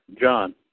John